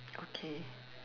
okay